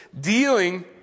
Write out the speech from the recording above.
dealing